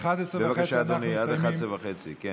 בבקשה, אדוני, עד 23:30, כן.